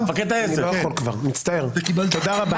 תודה רבה.